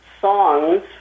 songs